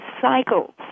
cycles